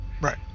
right